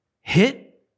hit